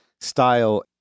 style